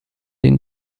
den